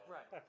Right